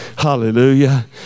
Hallelujah